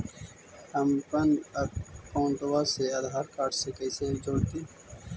हमपन अकाउँटवा से आधार कार्ड से कइसे जोडैतै?